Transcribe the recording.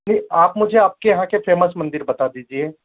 नहीं आप मुझे आपके यहाँ के फेमस मंदिर बता दीजिए